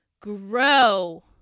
Grow